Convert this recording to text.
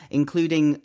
including